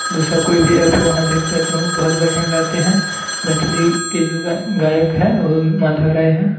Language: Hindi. दूसरा कोई भी एप हो वहाँ देखते है तो बहुत बढ़िया गाते हैं मैथली के जो गायक हैं वो माधव राय हैं